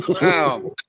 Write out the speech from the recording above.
Wow